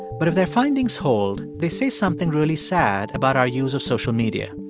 but if their findings hold, they say something really sad about our use of social media.